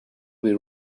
you